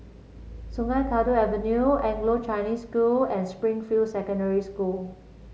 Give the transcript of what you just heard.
Sungei Kadut Avenue Anglo Chinese School and Springfield Secondary School